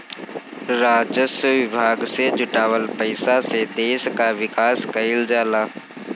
राजस्व विभाग से जुटावल पईसा से देस कअ विकास कईल जाला